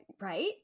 right